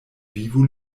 vivu